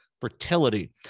fertility